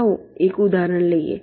આવો એક ઉદાહરણ લઈએ